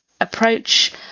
approach